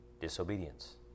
disobedience